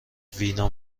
وینا